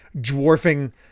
dwarfing